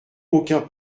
aucun